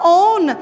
own